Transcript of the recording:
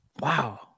Wow